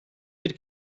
bir